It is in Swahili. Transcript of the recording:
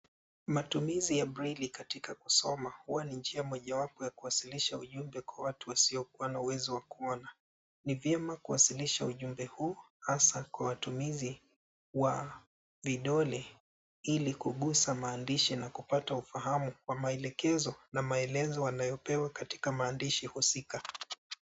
Matumizi ya braili katika kusoma huwa ni njia mojawapo ya kuwasilisha ujumbe kwa watu wasiokuwa na uwezo wa kuona. Ni vyema kuwasilisha ujumbe huu hasa kwa watumizi wa vidole ili kunguza maandishi na kupata fahamu kwa maelekezo na maelezo wanayopewa katika maandishi husika.